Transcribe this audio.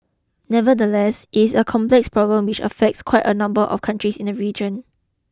nevertheless it is a complex problem which affects quite a number of countries in the region